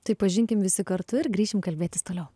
tai pažinkim visi kartu ir grįšim kalbėtis toliau